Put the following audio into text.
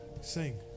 sing